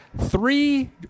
Three